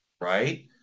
Right